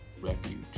Refuge